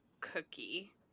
cookie